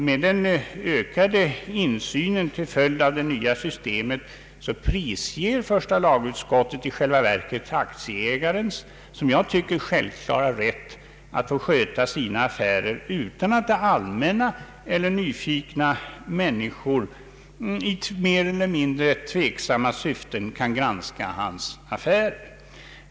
Med den ökade insynen till följd av det nya systemet prisger första lagutskottet i själva verket aktieägarens, som jag tycker, självklara rätt att få sköta sina affärer utan att det allmänna eller nyfikna människor i mer eller mindre tveksamma syften kan granska hans affärer.